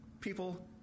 people